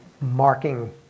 marking